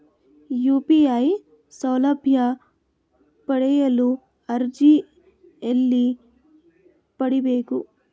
UPI ಸೌಲಭ್ಯ ಪಡೆಯಲು ಅರ್ಜಿ ಎಲ್ಲಿ ಪಡಿಬೇಕು?